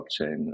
blockchain